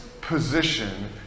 position